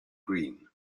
green